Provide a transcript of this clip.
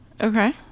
Okay